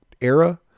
era